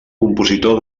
compositor